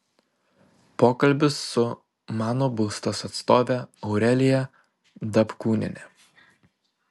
pokalbis su mano būstas atstove aurelija dapkūniene